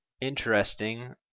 interesting